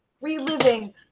reliving